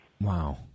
Wow